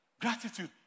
Gratitude